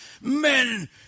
Men